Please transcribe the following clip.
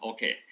Okay